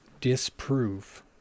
disprove